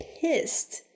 pissed